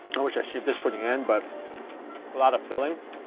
i wish i saved this for the end, but a lot of filling,